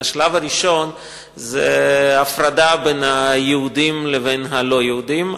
השלב הראשון הוא ההפרדה בין היהודים והלא-יהודים.